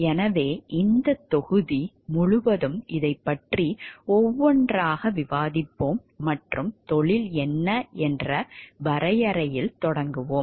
எனவே இந்தத் தொகுதி முழுவதும் இதைப் பற்றி ஒவ்வொன்றாக விவாதிப்போம் மற்றும் தொழில் என்ன என்ற வரையறையில் தொடங்குவோம்